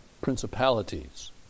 principalities